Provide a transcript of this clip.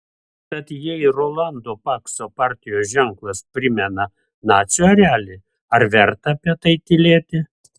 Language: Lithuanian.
tad jei rolando pakso partijos ženklas primena nacių erelį ar verta apie tai tylėti